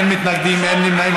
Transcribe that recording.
אין מתנגדים, אין נמנעים.